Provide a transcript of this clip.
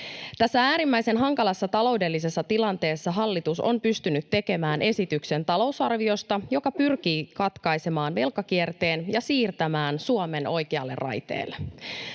Tässä äärimmäisen hankalassa taloudellisessa tilanteessa hallitus on pystynyt tekemään esityksen talousarviosta, joka pyrkii katkaisemaan velkakierteen ja siirtämään Suomen oikealle raiteelle.